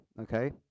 okay